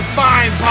fine